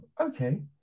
okay